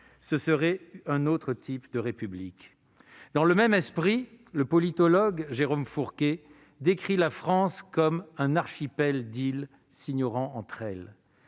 Ce serait un autre type de République. » Dans le même esprit, le politologue Jérôme Fourquet décrit la France comme un « archipel » d'îles s'ignorant entre elles.